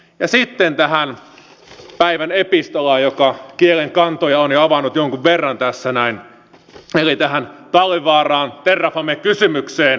ja sitten tähän päivän epistolaan joka kielenkantoja on jo avannut jonkun verran tässä näin eli tähän talvivaaraan terrafame kysymykseen